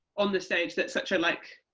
on the stage, that's such a like,